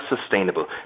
sustainable